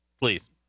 Please